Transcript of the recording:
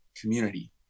community